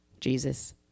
Jesus